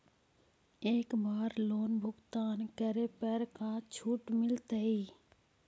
एक बार लोन भुगतान करे पर का छुट मिल तइ?